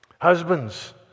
husbands